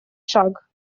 шаг